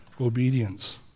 obedience